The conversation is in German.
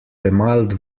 bemalt